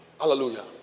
Hallelujah